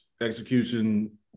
execution